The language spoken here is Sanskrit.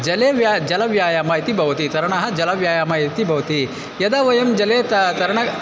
जले व्या जलव्यायामः इति भवति तरणं जलव्यायामम् इति भवति यदा वयं जले त तरणम्